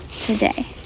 today